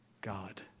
God